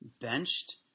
benched